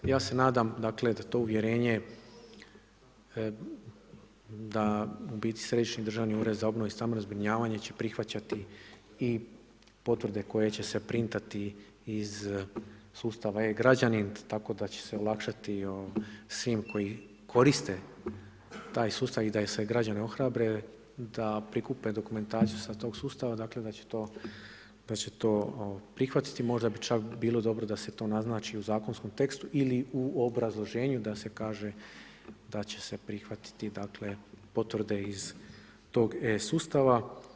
Ja se nadam dakle, da to uvjerenje da u biti Središnji državni ured za obnovu i stambeno zbrinjavanje će prihvaćati i potvrde koje će se printati iz sustava e-građanin, tako da će se olakšati svim koji koriste taj sustav i da se građani ohrabre da prikupe dokumentaciju sa tog sustava, dakle, da će to prihvatiti, možda bi čak bilo dobro da se to naznači u zakonskom tekstu ili u obrazloženju da se kaže da će se prihvatiti potvrde iz tog e-sustava.